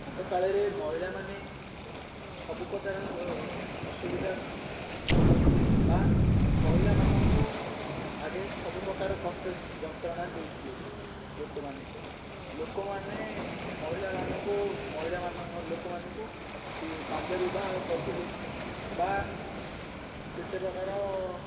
ଆଗକାଳରେ ମହିଳାମାନେ ସବୁପ୍ରକାର ଅସୁବିଧା ଘଟାଉଥିଲେ ବା ମହିଳାମାନଙ୍କୁ ଆଗେ ସବୁ ପ୍ରକାର କଷ୍ଟ ଯନ୍ତ୍ରଣା ଦେଉଥିଲେ ଲୋକମାନେ ଲୋକମାନେ ମହିଳାମାନଙ୍କୁ ମହିଳାମାନଙ୍କ ଲୋକମାନଙ୍କୁ ବି ବାଲ୍ୟ ବିବାହ କରୁଥିଲେ ବା କେତେ ପ୍ରକାର